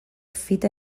fite